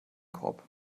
korb